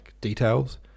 details